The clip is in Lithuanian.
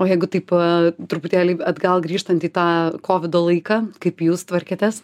o jeigu taip truputėlį atgal grįžtant į tą kovido laiką kaip jūs tvarkėtės